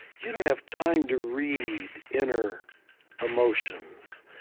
you don't have time to read inner emotions.